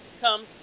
Comes